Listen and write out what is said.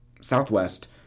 southwest